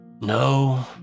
no